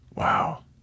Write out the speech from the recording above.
Wow